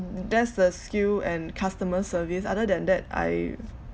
mm that's the skill and customer service other than that I